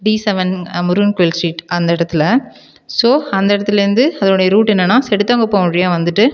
D seven Murugan கோயில் street அந்த இடத்துல ஸோ அந்த இடத்துலேந்து அதோடைய ரூட் என்னென்னா செடுத்தாங்குப்பம் வழியாக வந்துட்டு